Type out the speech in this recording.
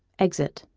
exit